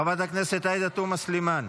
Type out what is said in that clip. חברת הכנסת עאידה תומא סלימאן,